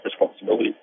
responsibility